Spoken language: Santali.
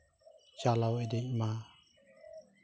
ᱪᱟᱞᱟᱣ ᱤᱫᱤᱜ ᱢᱟ